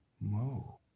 mo